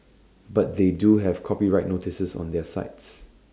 but they do have copyright notices on their sites